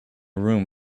room